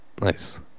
Nice